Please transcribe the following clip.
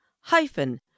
hyphen